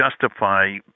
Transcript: justify